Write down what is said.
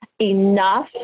enough